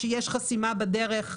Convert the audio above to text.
שיש חסימה בדרך,